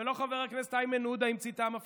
ולא חבר הכנסת איימן עודה המציא את העם הפלסטיני,